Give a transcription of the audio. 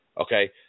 Okay